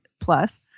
plus